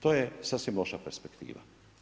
To je sasvim loša perspektiva.